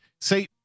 See